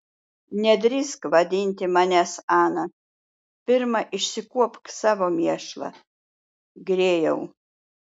nedrįsk vadinti manęs ana pirma išsikuopk savo mėšlą grėjau